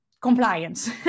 compliance